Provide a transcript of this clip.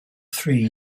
three